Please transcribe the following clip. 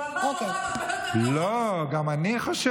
הוא אמר הרבה יותר גרוע: תפקידה היחיד